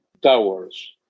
towers